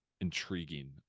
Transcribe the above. intriguing